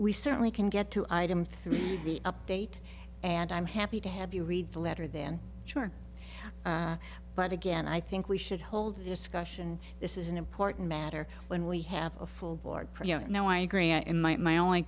we certainly can get two items through the update and i'm happy to have you read the letter then charge but again i think we should hold a discussion this is an important matter when we have a full board present now i agree and might my only